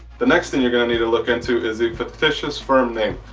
the next thing you're going to need to look into is the fictitious firm name.